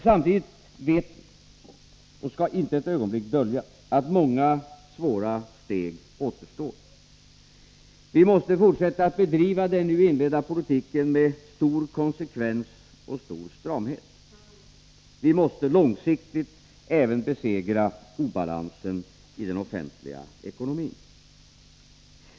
Samtidigt vet vi — och skall inte ett ögonblick dölja — att många svåra steg återstår. Vi måste fortsätta att bedriva den nu inledda politiken med stor konsekvens och stor stramhet. Vi måste långsiktigt även besegra obalansen i den offentliga ekonomin.